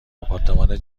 آپارتمان